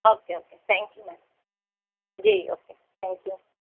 okay okay thank you ma'am ji okay thank you